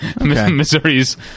missouri's